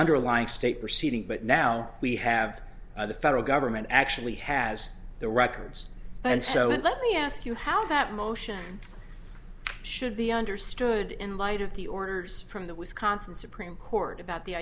underlying state proceeding but now we have the federal government actually has the records and so let me ask you how that motion should be understood in light of the orders from the wisconsin supreme court about the